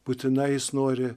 būtinai jis nori